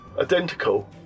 identical